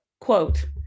quote